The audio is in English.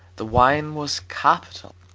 the wine was capital